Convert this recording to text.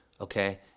okay